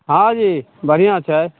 हाँ जी बढ़िआँ छै